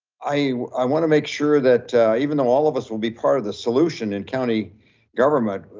i wanna make sure that even though all of us will be part of the solution in county government,